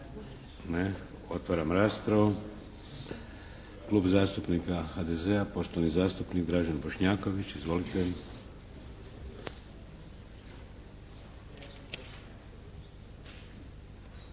Otvaram raspravu. Klub zastupnika HDZ-a, poštovani zastupnik Dražen Bošnjaković. Izvolite!